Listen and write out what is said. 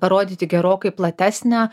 parodyti gerokai platesnę